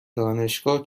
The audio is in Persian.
دانشگاه